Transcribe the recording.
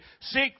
Seek